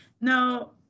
no